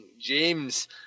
James